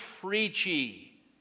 preachy